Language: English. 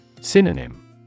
Synonym